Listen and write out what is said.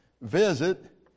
visit